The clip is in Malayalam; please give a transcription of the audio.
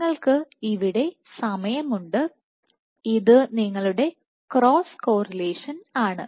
നിങ്ങൾക്ക് ഇവിടെ സമയമുണ്ട് ഇത് നിങ്ങളുടെ ക്രോസ് കോറലേഷൻ ആണ്